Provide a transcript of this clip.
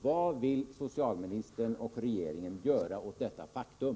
— Vad vill socialministern och regeringen göra åt detta faktum?